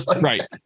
Right